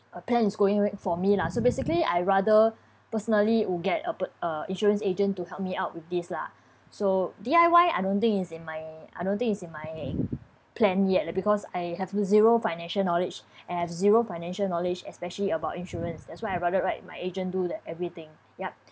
uh plan is going ri~ for me lah so basically I rather personally get a pe~ uh insurance agent to help me out with this lah so D_I_Y I don't think is in my I don't think is in my plan yet lah because I have zero financial knowledge and I have zero financial knowledge especially about insurance that's why I rather let my agent do the everything yup